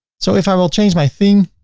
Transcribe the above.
so if i will change my theme,